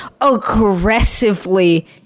aggressively